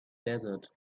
desert